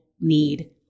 need